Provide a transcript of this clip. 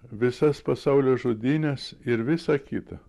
visas pasaulio žudynes ir visa kita